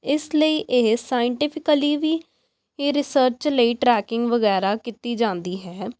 ਇਸ ਲਈ ਇਹ ਸਾਇੰਟਿਫਿਕਲੀ ਵੀ ਇਹ ਰਿਸਰਚ ਲਈ ਟਰੈਕਿੰਗ ਵਗੈਰਾ ਕੀਤੀ ਜਾਂਦੀ ਹੈ